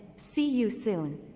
see you soon.